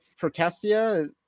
Protestia